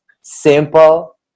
simple